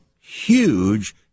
huge